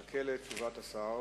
חכה לתשובת השר.